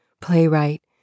playwright